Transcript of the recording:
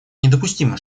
недопустимо